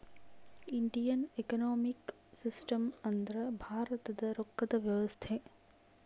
Indian economic system ಅಂದ್ರ ಭಾರತದ ರೊಕ್ಕದ ವ್ಯವಸ್ತೆ